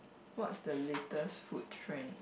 what's the latest food trend